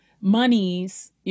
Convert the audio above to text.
monies